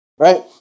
Right